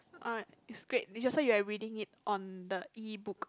alright is great did you also reading it on the ebook